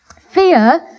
Fear